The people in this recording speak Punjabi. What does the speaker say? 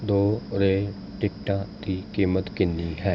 ਦੋ ਰੇਲ ਟਿਕਟਾਂ ਦੀ ਕੀਮਤ ਕਿੰਨੀ ਹੈ